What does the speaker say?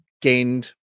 gained